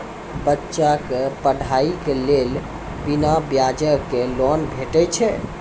बच्चाक पढ़ाईक लेल बिना ब्याजक लोन भेटै छै?